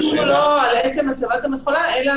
האיסור הוא לא על עצם הצבת המכולה אלא